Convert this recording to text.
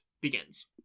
begins